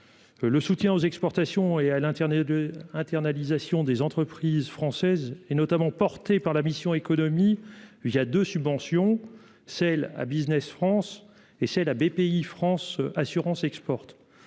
le soutien aux exportations et à l'Internet 2 internalisation des entreprises françaises et notamment porté par la mission Économie il y a de subventions celle à Business France et c'est la BPI France assurance exporte